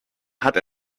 hat